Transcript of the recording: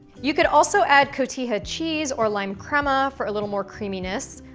you could also add cotija cheese or lime crema for a little more creaminess.